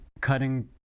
cutting